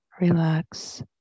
relax